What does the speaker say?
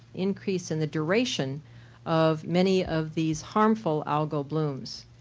increase in the duration of many of these harmful algal blooms.